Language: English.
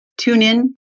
TuneIn